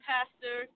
Pastor